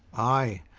i,